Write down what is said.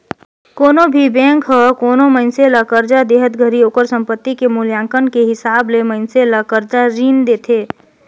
कोनो भी बेंक हर कोनो मइनसे ल करजा देहत घरी ओकर संपति के मूल्यांकन के हिसाब ले मइनसे ल करजा रीन देथे